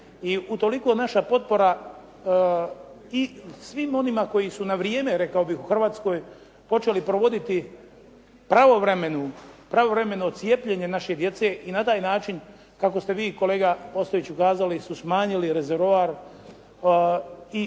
I utoliko naša potpora i svima onima koji su na vrijeme rekao bih u Hrvatskoj počeli provoditi pravovremeno cijepljenje naše djece i na taj način kako ste vi kolega Ostojiću kazali su smanjili rezervoar i daljnje